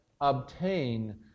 obtain